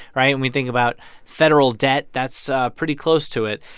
right? and we think about federal debt, that's ah pretty close to it.